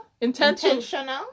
Intentional